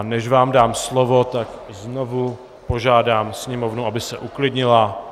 Než vám dám slovo, tak znovu požádám sněmovnu, aby se uklidnila.